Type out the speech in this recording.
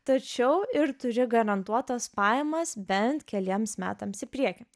tačiau ir turi garantuotas pajamas bent keliems metams į priekį